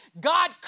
God